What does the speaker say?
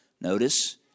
Notice